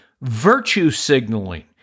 virtue-signaling